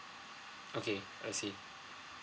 okay I see